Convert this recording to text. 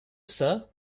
sir